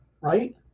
Right